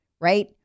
right